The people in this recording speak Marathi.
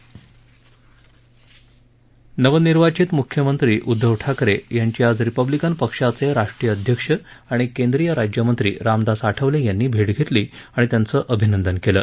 महाराष्ट्राचे नवनिर्वाचित मुख्यमंत्री उद्धव ठाकरे यांची आज रिपब्लिकन पक्षाचे राष्ट्रीय अध्यक्ष आणि केंद्रिय राज्यमंत्री रामदास आठवले यांनी भेट घेतली आणि त्यांचं अभिनंदन केलं